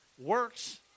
works